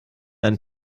einen